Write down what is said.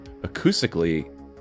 Acoustically